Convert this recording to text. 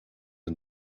and